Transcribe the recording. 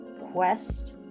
quest